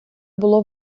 було